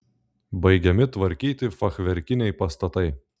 baigiami tvarkyti fachverkiniai pastatai